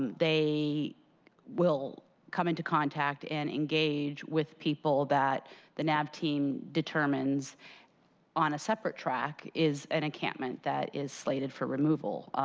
they will come into contact and engage with people that the nav team determines on a separate track is an encampment that is slated for removal.